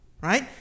right